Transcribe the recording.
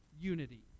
unity